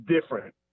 different